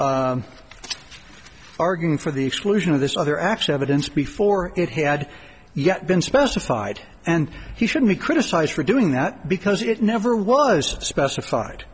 arguing for the exclusion of this other actually evidence before it had yet been specified and he should be criticized for doing that because it never was specified